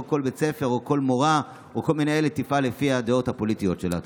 כל בית ספר או כל מורה או כל מנהלת יפעלו לפי הדעות הפוליטיות שלהם?